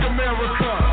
America